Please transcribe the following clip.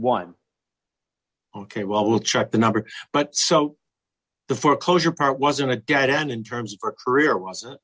one ok well we'll check the numbers but so the foreclosure part wasn't a dead end in terms for career was